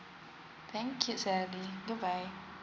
thank you Sally bye bye